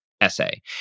essay